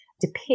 depict